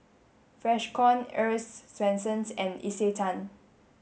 Freshkon Earl's Swensens and Isetan